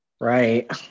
Right